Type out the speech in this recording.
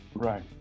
Right